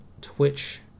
Twitch